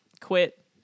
quit